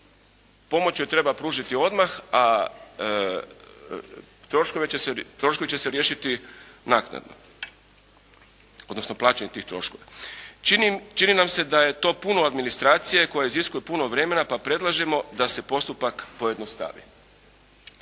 pomoć joj treba pružiti odmah a troškovi će se riješiti naknadno odnosno plaćanje tih troškova. Čini nam se da je to puno administracije koja iziskuje puno vremena pa predlažemo da se postupak pojednostavi.